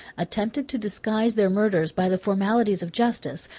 attempted to disguise their murders by the formalities of justice,